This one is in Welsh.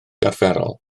arferol